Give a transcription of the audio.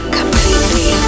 completely